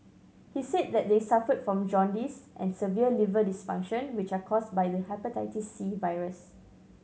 he said that they suffered from jaundice and severe liver dysfunction which are caused by the hepatitis virus